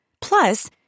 Plus